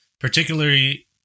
particularly